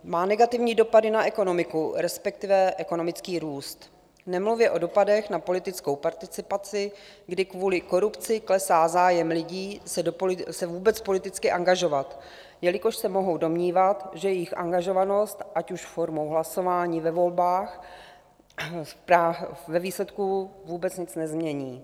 Má negativní dopady na ekonomiku, respektive ekonomický růst, nemluvě o dopadech na politickou participaci, kdy kvůli korupci klesá zájem lidí se vůbec politicky angažovat, jelikož se mohou domnívat, že jejich angažovanost, ať už formou hlasování ve volbách, ve výsledku vůbec nic nezmění.